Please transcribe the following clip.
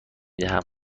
دهم